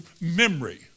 memory